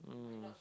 mm